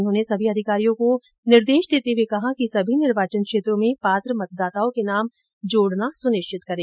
उन्होंने सभी अधिकारियों को निर्देश देते हुए कहा कि सभी निर्वाचन क्षेत्रों में पात्र मतदाताओं के नाम जोड़ना सुनिश्चित करें